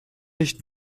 nicht